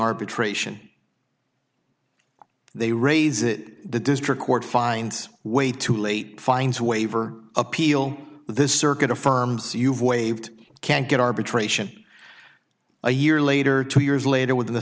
arbitration they raise it the district court finds way too late finds a way for appeal this circuit affirms you've waived can't get arbitration a year later two years later with the